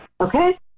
Okay